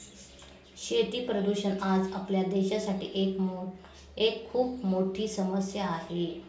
शेती प्रदूषण आज आपल्या देशासाठी एक खूप मोठी समस्या आहे